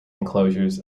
enclosures